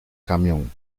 camión